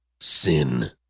sin